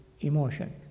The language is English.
emotion